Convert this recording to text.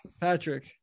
Patrick